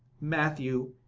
matthew,